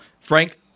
frank